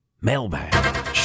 Mailbag